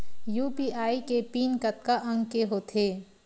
UPI के PIN कतका अंक के होथे?